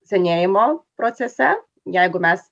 senėjimo procese jeigu mes